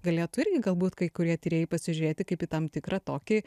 galėtų irgi galbūt kai kurie tyrėjai pasižiūrėti kaip į tam tikrą tokį